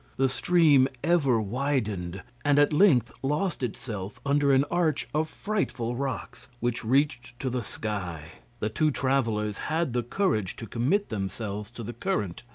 the stream ever widened, and at length lost itself under an arch of frightful rocks which reached to the sky. the two travellers had the courage to commit themselves to the current.